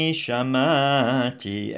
shamati